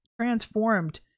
transformed